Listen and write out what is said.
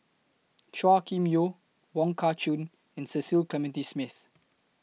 Chua Kim Yeow Wong Kah Chun and Cecil Clementi Smith